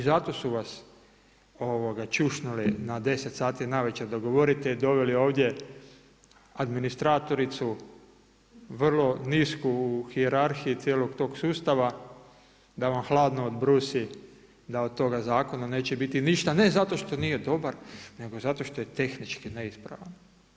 I zato su vas čušnuli na 10 sati navečer da govorite i doveli ovdje administratoricu, vrlo nisku u hijerarhiji cijelog tog sustava da vam hladno odbrusi da od toga zakona neće biti ništa ne zato što nije dobar nego zato što je tehnički neispravan.